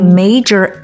major